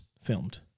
filmed